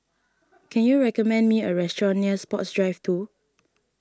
can you recommend me a restaurant near Sports Drive two